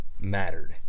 mattered